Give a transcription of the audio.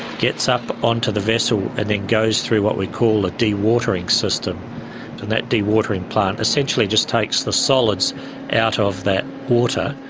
gets up onto the vessel and then goes through what we call a dewatering system, and that dewatering plant essentially just takes the solids out of that water,